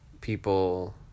people